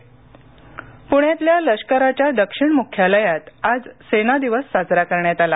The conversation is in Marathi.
प्रणे लष्कर पुण्यातल्या लष्कराच्या दक्षिण मुख्यालयात आज सेना दिवस साजरा करण्यात आला